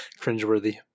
Cringeworthy